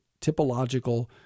typological